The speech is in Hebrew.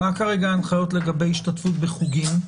מה כרגע ההנחיות לגבי השתתפות בחוגים?